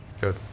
Good